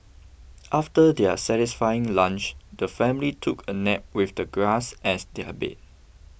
after their satisfying lunch the family took a nap with the grass as their bed